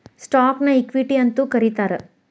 ಸ್ಟಾಕ್ನ ಇಕ್ವಿಟಿ ಅಂತೂ ಕರೇತಾರ